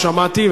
שמעתי,